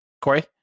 Corey